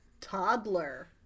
Toddler